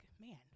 man